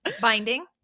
Binding